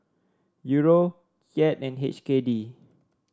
Euro Kyat and H K D